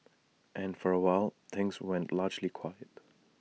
and for A while things went largely quiet